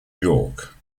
york